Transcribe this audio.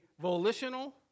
volitional